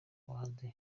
bahanzi